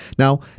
Now